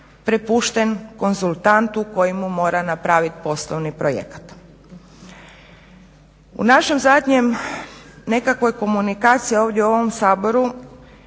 prepušten konzultantu koji mu mora napravit poslovni projekat. U našoj zadnjoj nekakvoj komunikaciji ovdje u ovom Saboru